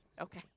Okay